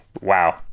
wow